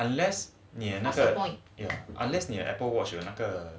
unless 你那个 unless 你 apple watch 的那个